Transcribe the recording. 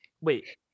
Wait